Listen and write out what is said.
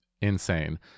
insane